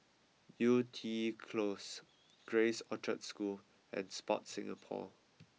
Yew Tee Close Grace Orchard School and Sport Singapore